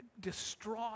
distraught